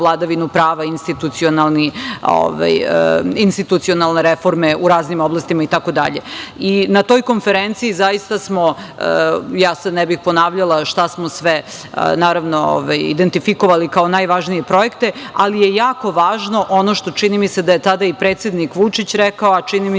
vladavinu prava, institucionalne reforme u raznim oblastima itd. Na toj konferenciji zaista smo, ja sad ne bih ponavljala šta smo sve identifikovali kao najvažnije projekte, ali je jako važno ono što čini mi se da je tada i predsednik Vučić rekao, a čini mi